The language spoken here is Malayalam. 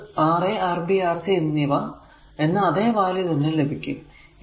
നമുക്കെ Ra Rb Rc എന്ന അതെ വാല്യൂ തന്നെ ലഭിക്കും